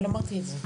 אבל אמרתי את זה.